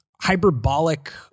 hyperbolic